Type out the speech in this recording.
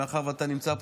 מאחר שאתה נמצא פה,